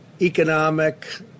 economic